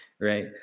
right